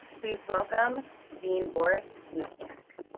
please welcome dean boris lushniak.